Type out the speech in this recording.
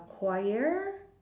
choir